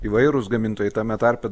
įvairūs gamintojai tame tarpe